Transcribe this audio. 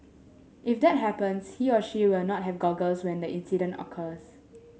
if that happens he or she will not have goggles when the incident occurs